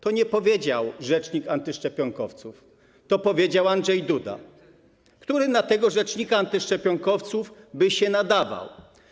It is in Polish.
Tego nie powiedział rzecznik antyszczepionkowców, to powiedział Andrzej Duda, który na rzecznika antyszczepionkowców by się nadawał.